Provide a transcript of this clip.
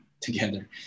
together